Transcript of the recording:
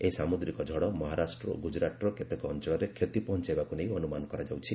ଏହି ସାମୁଦ୍ରିକ ଝଡ଼ ମହାରାଷ୍ଟ୍ର ଓ ଗୁଜରାଟର କେତେକ ଅଂଚଳରେ କ୍ଷତି ପହଂଚାଇବା ନେଇ ଅନୁମାନ କରାଯାଉଛି